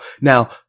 Now